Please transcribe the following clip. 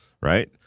right